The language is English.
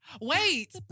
Wait